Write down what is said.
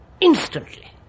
instantly